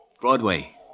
Broadway